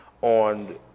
on